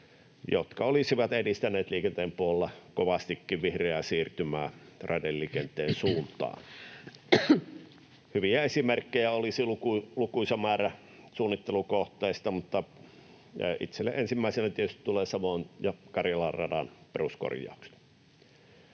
joka olisi edistänyt liikenteen puolella kovastikin vihreää siirtymää raideliikenteen suuntaan. Hyviä esimerkkejä olisi lukuisa määrä suunnittelukohteista, mutta itselle ensimmäisenä tietysti tulee Savon ja Karjalan ratojen peruskorjaukset.